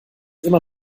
immer